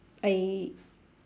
I